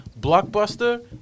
Blockbuster